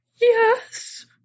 yes